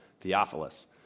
Theophilus